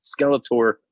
Skeletor